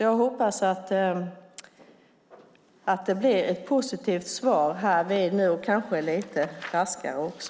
Jag hoppas att det blir ett positivt svar, och kanske lite raskare också.